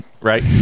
Right